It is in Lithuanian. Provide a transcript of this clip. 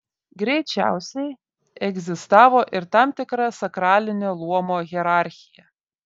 greičiausiai egzistavo ir tam tikra sakralinio luomo hierarchija